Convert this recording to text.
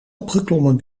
opgeklommen